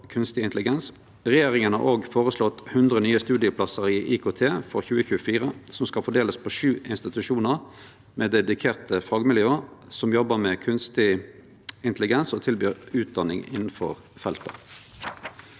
kunstig intelligens. Regjeringa har òg føreslått 100 nye studieplassar i IKT frå 2024. Desse skal fordelast på sju institusjonar med dedikerte fagmiljø som jobbar med kunstig intelligens, og som tilbyr utdanning innanfor feltet.